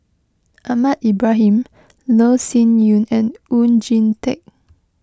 Ahmad Ibrahim Loh Sin Yun and Oon Jin Teik